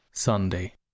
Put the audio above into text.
Sunday